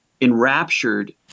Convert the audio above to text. enraptured